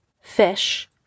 fish